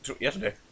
yesterday